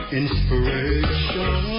inspiration